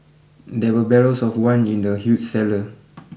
there were barrels of wine in the huge cellar